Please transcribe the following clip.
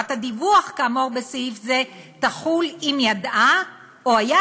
וחובת הדיווח כאמור בסעיף זה תחול אם ידעה או היה